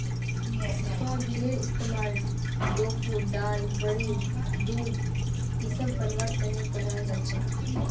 सोयाबीनेर इस्तमाल टोफू दाल बड़ी दूध इसब बनव्वार तने कराल जा छेक